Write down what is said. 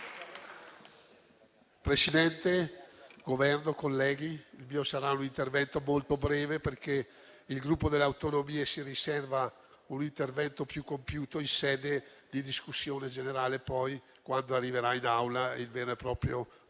del Governo, colleghi, il mio sarà un intervento molto breve, perché il Gruppo Per le Autonomie si riserva un intervento più compiuto in sede di discussione generale, quando arriverà in Aula il vero e proprio